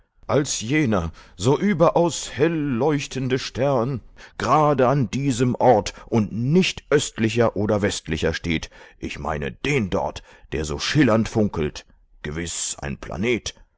als jener so überaus hell leuchtende stern gerade an diesem ort und nicht östlicher oder westlicher steht ich meine den dort der so schillernd funkelt gewiß ein planet